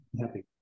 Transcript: happy